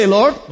Lord